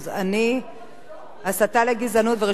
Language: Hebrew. הסתה לגזענות ורישום גזעני במסמכי תאגיד,